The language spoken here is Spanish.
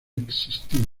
existir